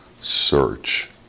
search